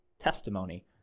testimony